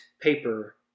paper